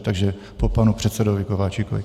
Takže po panu předsedovi Kováčikovi.